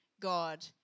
God